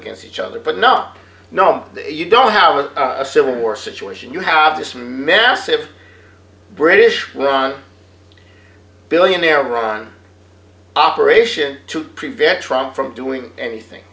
against each other but nothing no you don't have a civil war situation you have this massive british run billionaire run operation to prevent trump from doing anything